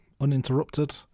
uninterrupted